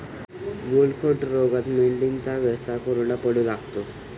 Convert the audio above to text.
गलघोटू रोगात मेंढ्यांचा घसा कोरडा पडू लागतो